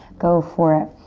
go for it.